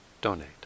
donate